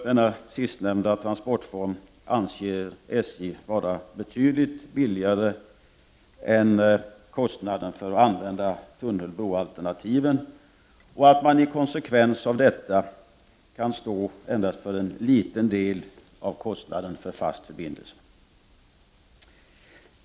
Den sistnämnda transportformen anser SJ vara betydligt billigare än kostnaden för att använda tunnel-bro-alternativen. I konsekvens med detta kan SJ endast stå för en liten del av kostnaden för fast förbindelse.